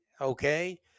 Okay